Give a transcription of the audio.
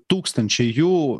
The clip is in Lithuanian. tūkstančiai jų